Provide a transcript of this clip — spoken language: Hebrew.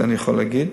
זה אני יכול להגיד,